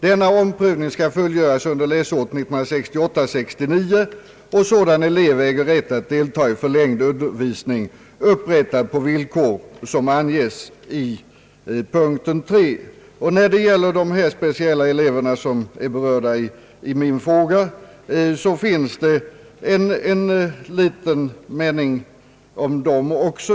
Denna omprövning skall fullgöras under läsåret 1968/69, och sådan elev äger rätt att delta i förlängd undervisning, upprättad på villkor som anges i punkten 3. När det gäller de speciella elever, som berörs i min fråga, så finns det under punkten 3 i cirkuläret en liten mening om dem också.